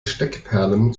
steckperlen